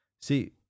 See